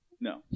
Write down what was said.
No